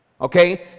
Okay